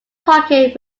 parking